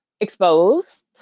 exposed